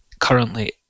currently